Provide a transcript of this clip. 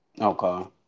Okay